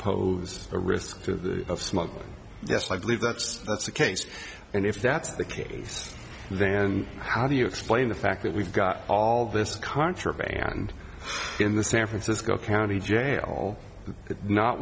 pose a risk to smoke yes i believe that's that's the case and if that's the case then how do you explain the fact that we've got all this contraband in the san francisco county jail not